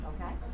Okay